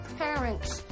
parents